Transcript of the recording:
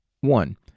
One